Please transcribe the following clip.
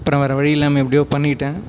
அப்புறம் வேறு வழியில்லாமல் எப்படியோ பண்ணிவிட்டேன்